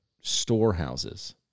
storehouses